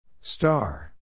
Star